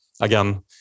again